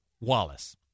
Wallace